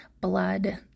blood